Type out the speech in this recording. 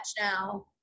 now